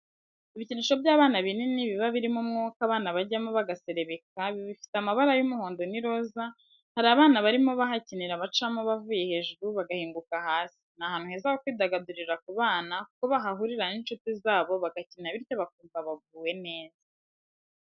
Ibikinisho by'abana binini biba birimo umwuka abana bajyamo bagaserebeka, bifite amabara y'umuhondo n'iroza hari abana barimo bahakinira bacamo bavuye hejuru bagahinguka hasi ni ahantu heza ho kwidagadurira ku bana kuko bahahurira n'inshuti zabo bagakina bityo bakumva baguwe neza.